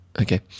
Okay